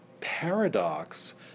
paradox